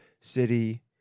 City